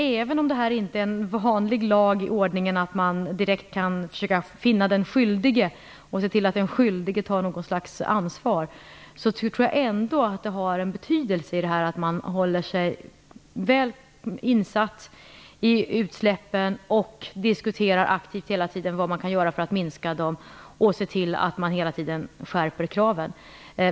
Även om det här inte är en vanlig lag i den meningen att man direkt kan försöka finna den skyldige och se till att den skyldige tar något slags ansvar, tror jag att det har betydelse att man håller sig väl insatt i fråga om utsläppen och hela tiden aktivt diskuterar vad man kan göra för att minska dem och för att se till att man hela tiden skärper kraven.